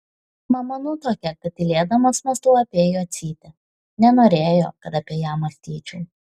mama nutuokė kad tylėdamas mąstau apie jocytę nenorėjo kad apie ją mąstyčiau